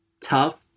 tough